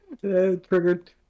Triggered